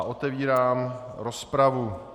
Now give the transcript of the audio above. Otevírám rozpravu.